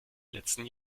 letzten